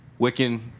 Wiccan